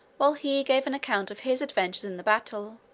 while he gave an account of his adventures in the battle,